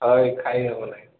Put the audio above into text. ହଁ ଇଏ ଖାଇ ହେବନାହିଁ